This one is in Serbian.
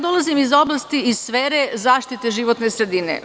Dolazim iz oblasti, iz sfere zaštite životne sredine.